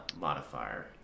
modifier